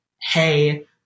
hey